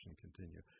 continue